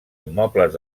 immobles